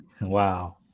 Wow